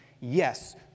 yes